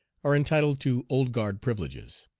are entitled to old guard privileges.